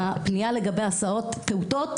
הפנייה לגבי הסעות פעוטות,